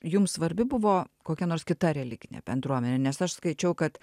jums svarbi buvo kokia nors kita religinė bendruomenė nes aš skaičiau kad